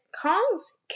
Kong's